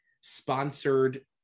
sponsored